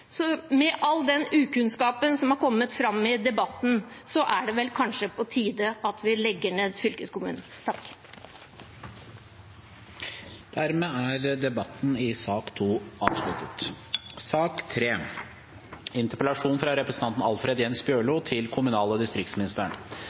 Med all den mangel på kunnskap som har kommet fram i debatten, er det kanskje på tide at vi legger ned fylkeskommunen. Flere har ikke bedt om ordet til sak nr. 2. Takk for god nynorskframføring. To